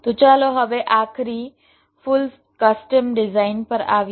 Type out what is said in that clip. તો ચાલો હવે આખરી ફુલ કસ્ટમ ડિઝાઇન પર આવીએ